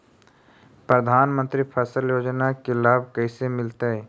प्रधानमंत्री फसल योजना के लाभ कैसे मिलतै?